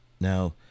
Now